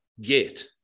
Get